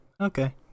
okay